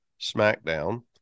SmackDown